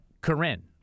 Corinne